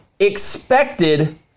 expected